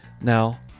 Now